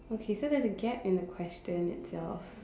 okay so there's a gap in the question itself